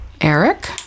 Eric